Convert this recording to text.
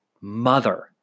mother